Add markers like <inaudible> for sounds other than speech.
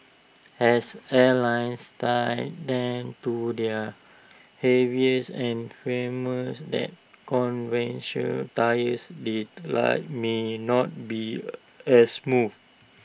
as airless tyres tend to their heavier and firmer <noise> that convention tyres the ride may not be as smooth